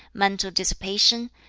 mental dissipation,